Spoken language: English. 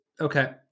Okay